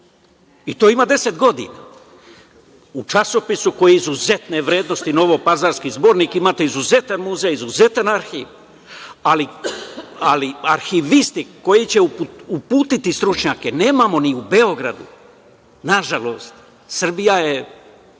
i to ima 10 godina, u časopisu koji je izuzetne vrednosti, Novopazarski zbornik. Imate izuzetan muzej, izuzetan arhiv, ali arhiviste koji će uputiti stručnjake nemamo ni u Beogradu. Nažalost, Srbija je